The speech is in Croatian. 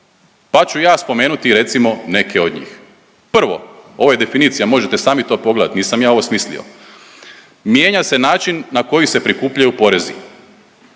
Pa ću ja spomenuti recimo neke od njih. Prvo, ovo je definicija, možete sami to pogledati, nisam ja ovo smislio. Mijenja se način na koji se prikupljaju porezi.